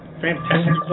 fantastic